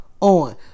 on